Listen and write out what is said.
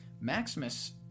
Maximus